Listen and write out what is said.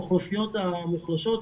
האוכלוסיות המוחלשות,